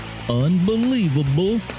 unbelievable